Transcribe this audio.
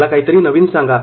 मला काहीतरी नवीन सांगा